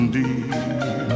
deep